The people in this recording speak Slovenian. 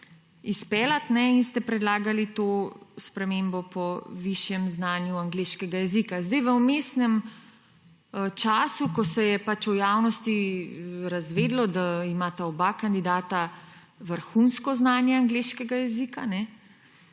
izpeljati in ste predlagali spremembo po višjem znanju angleškega jezika. V vmesnem času, ko se je v javnosti razvedelo, da imata oba kandidata vrhunsko znanje angleškega jezika,